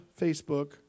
Facebook